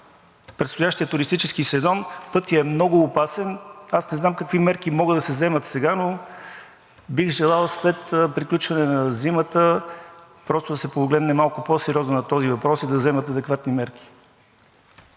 предстоящия туристически сезон, пътят е много опасен. Аз не знам какви мерки могат да се вземат сега, но бих желал след приключване на зимата просто да се погледне малко по-сериозно на този въпрос и да се вземат адекватни мерки.